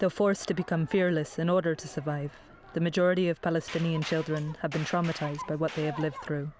they are forced to become fearless in order to survive the majority of palestinian children have been traumatized by what they have lived through